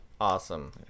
awesome